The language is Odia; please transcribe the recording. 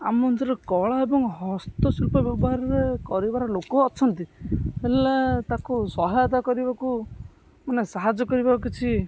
ଆମ ଅଞ୍ଚଳର କଳା ଏବଂ ହସ୍ତଶିଳ୍ପ ବ୍ୟବହାରରେ କରିବାର ଲୋକ ଅଛନ୍ତି ହେଲେ ତାକୁ ସହାୟତା କରିବାକୁ ମାନେ ସାହାଯ୍ୟ କରିବା କିଛି